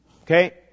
Okay